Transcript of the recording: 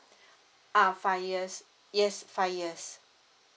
ah five years yes five years